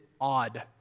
odd